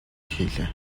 хийлээ